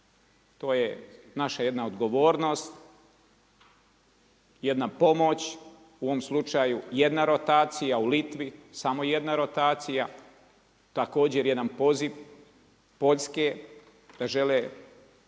to je naša jedna odgovornost, jedna pomoć u ovom slučaju jedna rotacija u Litvi, samo jedna rotacija, također jedan poziv Poljske da žele